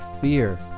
fear